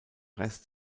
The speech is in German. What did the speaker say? rest